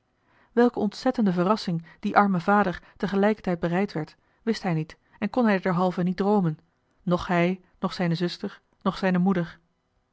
ontzettende verrassing dien armen vader tegelijkertijd bereid werd wist hij niet en kon hij derhalve niet droomen noch hij noch zijne zuster noch zijne moeder